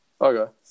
Okay